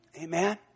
Amen